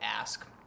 ask